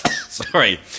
Sorry